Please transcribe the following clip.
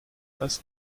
was